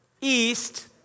east